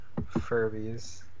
Furbies